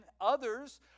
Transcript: others